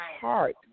heart